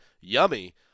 Yummy